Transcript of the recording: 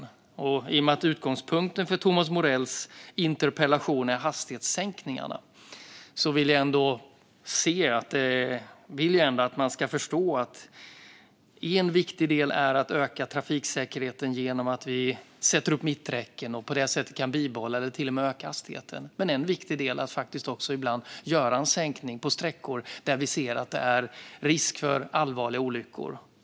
I och med att utgångspunkten för Thomas Morells interpellation är hastighetssänkningarna vill jag att man ska förstå att viktiga åtgärder för att öka trafiksäkerheten är att sätta upp mitträcken för att på det sättet kunna bibehålla eller till och med öka hastigheten men också faktiskt ibland att göra sänkningar på sträckor där det finns risk för allvarliga olyckor.